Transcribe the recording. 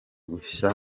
gushya